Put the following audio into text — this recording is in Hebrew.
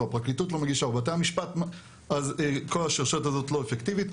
הפרקליטות לא מגישה או בתי המשפט - כל השרשרת הזאת לא אפקטיבית.